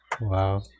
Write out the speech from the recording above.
Wow